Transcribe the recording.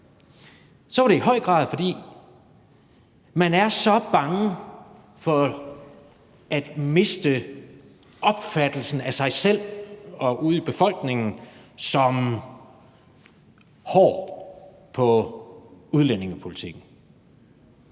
så var det i høj grad, fordi man er så bange for at miste opfattelsen af sig selv som hård på udlændingepolitikken